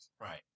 Right